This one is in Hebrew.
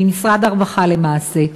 ממשרד הרווחה למעשה.